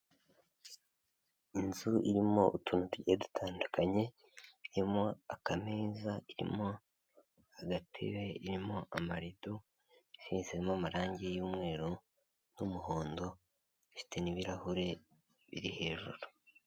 Inzu irimo utuntu tugiye dutandukanye irimo akameza, irimo agatebe, irimo amarido, isizemo amarangi y'umweru n'umuhondo, ifite n'ibirahure biri hejuru.